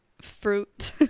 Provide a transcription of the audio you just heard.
fruit